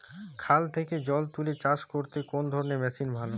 খাল থেকে জল তুলে চাষ করতে কোন ধরনের মেশিন ভালো?